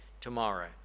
tomorrow